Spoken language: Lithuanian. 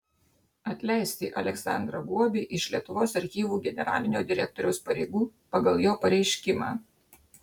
atleisti aleksandrą guobį iš lietuvos archyvų generalinio direktoriaus pareigų pagal jo pareiškimą